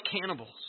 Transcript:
cannibals